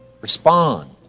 Respond